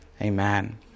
amen